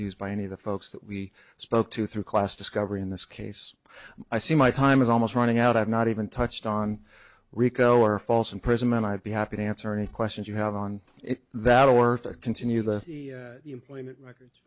used by any of the folks that we spoke to through class discovery in this case i see my time is almost running out i've not even touched on rico or false imprisonment i'd be happy to answer any questions you have on that or to continue the employment records